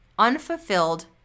unfulfilled